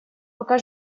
пока